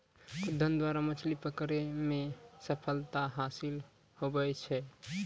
खुद्दन द्वारा मछली पकड़ै मे सफलता हासिल हुवै छै